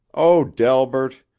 oh, delbert.